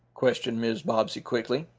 questioned mrs. bobbsey quickly.